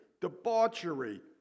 debauchery